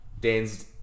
Dan's